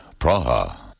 Praha